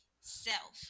self